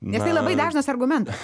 nes tai labai dažnas argumentas